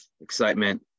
excitement